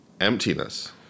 emptiness